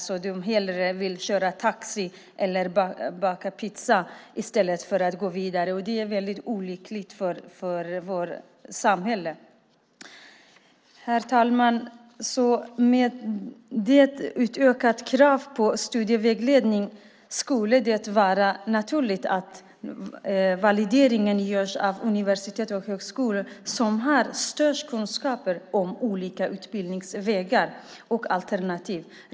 Därför vill de hellre köra taxi eller baka pizza än gå vidare. Det är väldigt olyckligt för vårt samhälle. Med ett utökat krav skulle det vara naturligt att valideringen görs av universitet och högskolor som har störst kunskaper om olika utbildningsvägar och alternativ.